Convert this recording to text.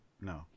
no